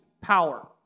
power